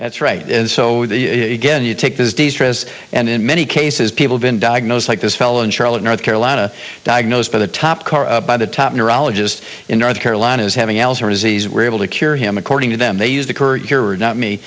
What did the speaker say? that's right so again you take these days and in many cases people been diagnosed like this fellow in charlotte north carolina diagnosed by the top car by the top neurologist in north carolina as having alzheimer's disease and were able to cure him according to them they use the current